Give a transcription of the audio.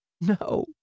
No